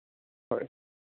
হয়